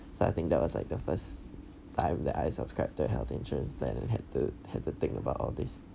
so I think that was like the first time that I subscribe to a health insurance plan and had to had to think about all this